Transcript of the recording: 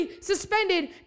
suspended